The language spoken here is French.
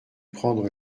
prendre